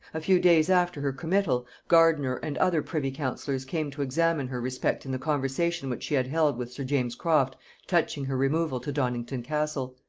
a few days after her committal, gardiner and other privy-councillors came to examine her respecting the conversation which she had held with sir james croft touching her removal to donnington castle.